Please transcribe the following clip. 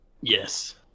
Yes